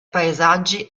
paesaggi